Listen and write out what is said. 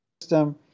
system